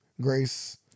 Grace